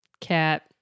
Cat